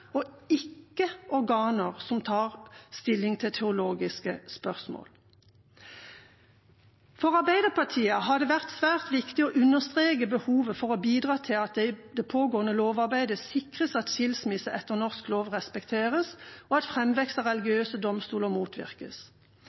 og ikke organer som tar stilling til teologiske spørsmål. For Arbeiderpartiet har det vært svært viktig å understreke behovet for å bidra til at det i det pågående lovarbeidet sikres at skilsmisse etter norsk lov respekteres, og at framvekst av religiøse domstoler motvirkes.